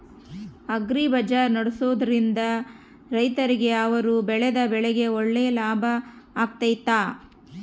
Agri bazaar ನಡೆಸ್ದೊರಿಂದ ರೈತರಿಗೆ ಅವರು ಬೆಳೆದ ಬೆಳೆಗೆ ಒಳ್ಳೆ ಲಾಭ ಆಗ್ತೈತಾ?